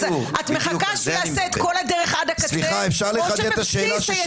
את מחכה שהוא יעשה את כל הדרך עד לקצה או שבבסיס השאלה